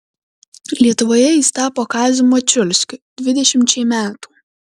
lietuvoje jis tapo kaziu mačiulskiu dvidešimčiai metų